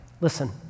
Listen